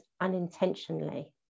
unintentionally